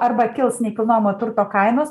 arba kils nekilnojamo turto kainos